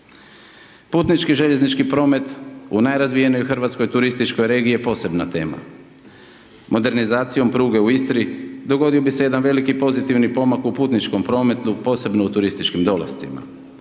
Putnički željeznički promet u najrazvijenoj hrvatskoj turističkoj regiji je posebna tema, modernizacijom pruge u Istri, dogodio bi se jedan veliki pozitivan pomak u putničkom prometu, posebno u turističkim dolascima.